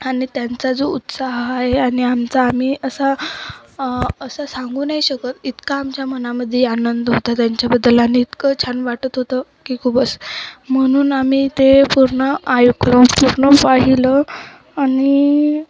आणि त्यांचा जो उत्साह आहे आणि आमचा आम्ही असा असा सांगू नाही शकत इतका आमच्या मनामध्ये आनंद होतं त्यांच्याबद्दल आणि इतकं छान वाटत होतं की खूपच म्हणून आम्ही ते पूर्ण ऐकलं पूर्ण पाहिलं आणि